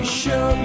show